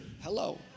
Hello